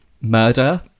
Murder